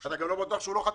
אתה גם לא בטוח שהוא לא חטף.